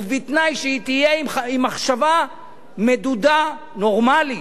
ובתנאי שהיא תהיה עם מחשבה מדודה, נורמלית.